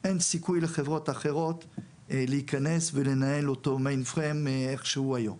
אין סיכוי לחברות אחרות להיכנס ולנהל אותו איך שהוא היום,